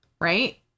Right